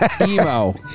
Emo